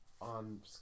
on